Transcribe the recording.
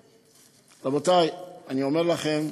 רבותי, אני אומר לכם,